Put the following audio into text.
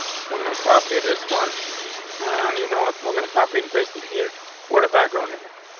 so i'm gonna copy this one and you know what we're gonna copy and paste it here for the background image.